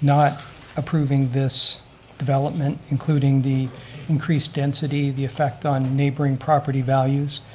not approving this development, including the increased density, the effect on neighboring property values.